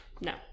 No